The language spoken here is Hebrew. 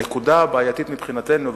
הנקודה הבעייתית מבחינתנו,